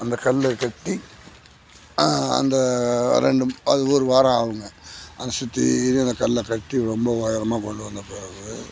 அந்த கல்லை கட்டி அந்த ரெண்டு அது ஒரு வாரம் ஆகுங்க அங்கே சுத்தீரியும் அந்த கல்லை கட்டி ரொம்ப உயரமா கொண்டு வந்த பிறவு